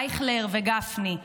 אייכלר וגפני.